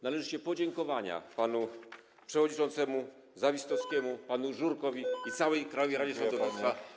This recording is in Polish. Należą się podziękowania panu przewodniczącemu Zawistowskiemu, panu Żurkowi i całej Krajowej Radzie Sądownictwa.